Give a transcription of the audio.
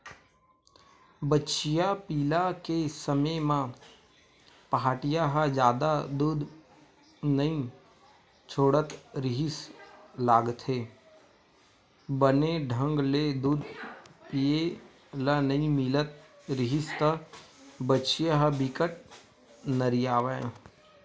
बछिया पिला के समे म पहाटिया ह जादा दूद नइ छोड़त रिहिस लागथे, बने ढंग ले दूद पिए ल नइ मिलत रिहिस त बछिया ह बिकट नरियावय